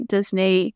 Disney